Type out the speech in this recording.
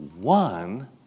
one